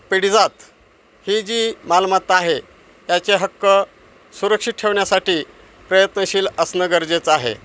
पिढीजात ही जी मालमता आहे याचे हक्क सुरक्षित ठेवण्यासाठी प्रयत्नशील असणं गरजेचं आहे